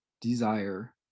desire